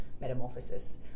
Metamorphosis